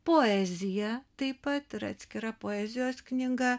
poezija taip pat yra atskira poezijos knyga